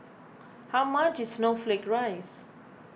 how much is Snowflake Ice